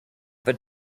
but